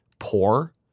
poor